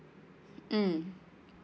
mm